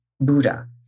Buddha